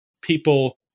people